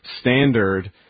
standard